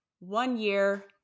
one-year